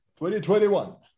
2021